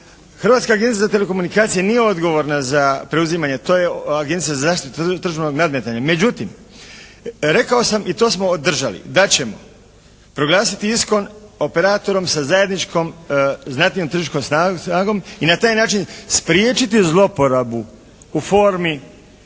Hrvatska agencija za telekomunikacije nije odgovorna za preuzimanje, to je Agencija za zaštitu tržnog nadmetanja. Međutim, rekao sam i to smo održali da ćemo proglasiti Iskon operatorom sa zajedničkom …/Govornik se ne razumije./… tržišnom snagom i na taj način spriječiti zlouporabu u formi